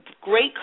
great